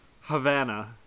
Havana